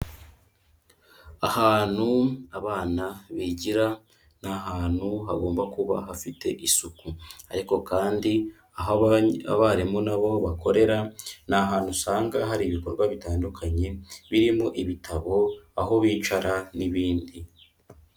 Ahantu abana bigira ni ahantu hagomba kuba hafite isuku. Ariko kandi aho abarimu nabo bakorera ni ahantu usanga hari ibikorwa bitandukanye birimo ibitabo, aho bicara, n'ibindi.